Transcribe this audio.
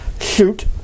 shoot